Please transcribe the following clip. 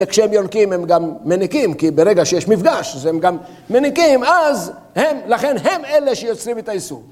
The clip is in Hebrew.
וכשהם יונקים הם גם מניקים, כי ברגע שיש מפגש אז הם גם מניקים, אז הם, לכן הם אלה שיוצרים את האיסור.